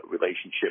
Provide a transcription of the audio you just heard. relationship